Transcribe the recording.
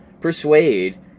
persuade